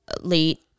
late